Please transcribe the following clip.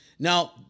Now